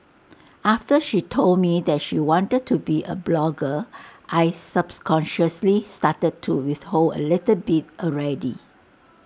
after she told me that she wanted to be A blogger I subs consciously started to withhold A little bit already